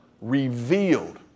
Revealed